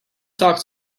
talk